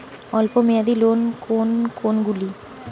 অল্প মেয়াদি লোন কোন কোনগুলি?